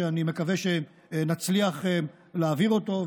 שאני מקווה שנצליח להעביר אותו,